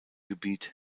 gebiet